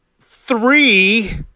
three